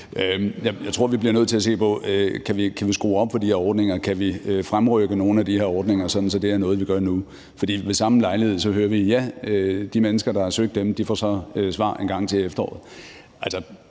Jeg tror, vi bliver nødt til at se på, om vi kan skrue op for de her ordninger, og om vi kan fremrykke nogle af de her ordninger, sådan at det er noget, vi gør nu. For ved samme lejlighed hører vi, at de mennesker, der har søgt inden for de ordninger, får svar engang til efteråret. Det